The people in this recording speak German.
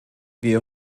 wir